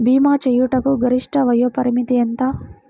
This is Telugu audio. భీమా చేయుటకు గరిష్ట వయోపరిమితి ఎంత?